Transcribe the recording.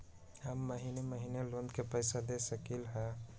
हम महिने महिने लोन के पैसा दे सकली ह?